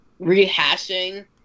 rehashing